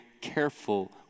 careful